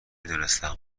دونستم